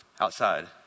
outside